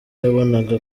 yabonaga